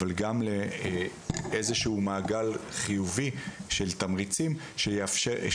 אבל גם לאיזשהו מעגל חיובי של תמריצים שיאפשר,